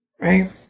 Right